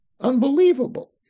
Unbelievable